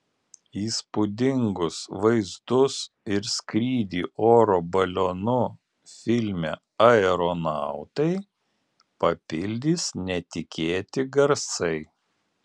įspūdingus vaizdus ir skrydį oro balionu filme aeronautai papildys netikėti garsai